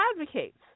advocates